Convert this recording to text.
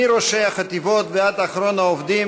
מראשי החטיבות ועד אחרון העובדים,